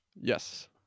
yes